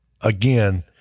again